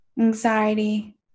anxiety